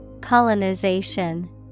Colonization